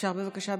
אפשר בבקשה בשקט?